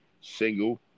single